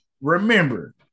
Remember